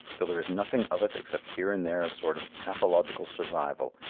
till there is nothing of it except here and there a sort of pathological survival,